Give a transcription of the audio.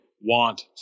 want